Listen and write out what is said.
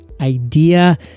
Idea